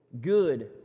good